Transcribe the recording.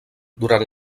durant